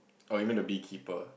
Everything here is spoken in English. or even the beekeeper